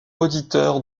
auditeur